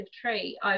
tree